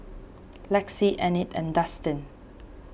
Lexi Enid and Dustin